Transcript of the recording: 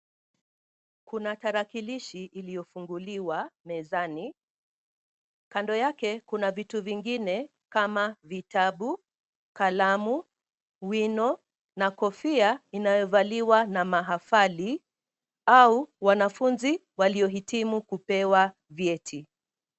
Kuna tarakilishi iliyofunguliwa mezani. Kando yake kuna vitu vingine kama vitabu, kalamu, wino na kofia inayovaliwa na mahafali au wanafunzi waliohitimu kupewa vyeti.